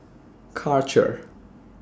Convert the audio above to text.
Karcher